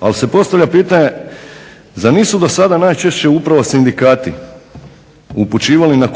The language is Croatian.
ali se postavlja pitanje, zar nisu do sada najčešće upravo sindikati upućivali na